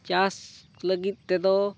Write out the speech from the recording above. ᱪᱟᱥ ᱞᱟᱹᱜᱤᱫ ᱛᱮᱫᱚ